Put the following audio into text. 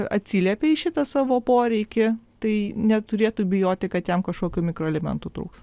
atsiliepia į šitą savo poreikį tai neturėtų bijoti kad jam kažkokių mikroelementų trūksta